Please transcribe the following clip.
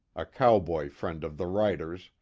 a cowboy friend of the writer's,